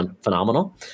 phenomenal